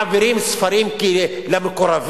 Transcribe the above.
מעבירים ספרים למקורבים?